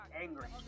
angry